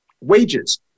wages